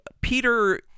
Peter